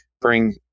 bring